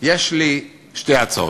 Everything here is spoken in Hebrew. יש לי שתי הצעות.